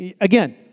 Again